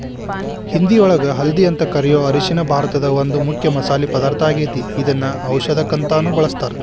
ಹಿಂದಿಯೊಳಗ ಹಲ್ದಿ ಅಂತ ಕರಿಯೋ ಅರಿಶಿನ ಭಾರತದ ಒಂದು ಮುಖ್ಯ ಮಸಾಲಿ ಪದಾರ್ಥ ಆಗೇತಿ, ಇದನ್ನ ಔಷದಕ್ಕಂತಾನು ಬಳಸ್ತಾರ